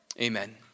Amen